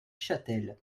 chatel